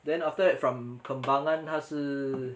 then after that from kembangan 他是